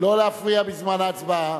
לא להפריע בזמן ההצבעה.